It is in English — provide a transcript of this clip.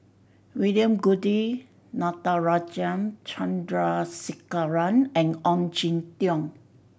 William Goode Natarajan Chandrasekaran and Ong Jin Teong